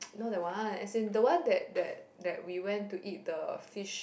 not that one as in the one that that that we went to eat the fish